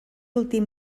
últim